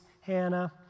Hannah